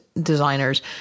designers